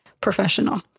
professional